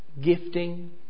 gifting